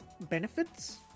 benefits